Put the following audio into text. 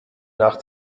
nach